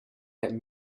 had